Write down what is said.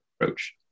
approach